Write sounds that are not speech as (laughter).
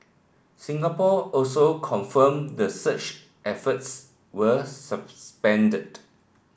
Singapore also confirmed the search efforts were (unintelligible)